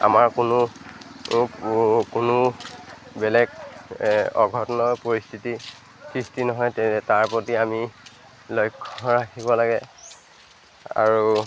আমাৰ কোনো কোনো বেলেগ অঘটনৰ পৰিস্থিতি সৃষ্টি নহয় তেনে তাৰ প্ৰতি আমি লক্ষ্য ৰাখিব লাগে আৰু